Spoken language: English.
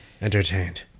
entertained